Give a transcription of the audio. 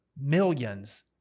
millions